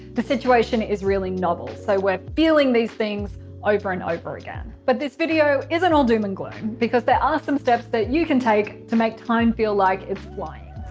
the situation is really novel so we're feeling these things over and over again. but this video isn't all doom and gloom! because there are ah some steps that you can take to make time feel like it's flying.